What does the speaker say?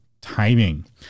timing